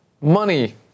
Money